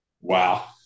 Wow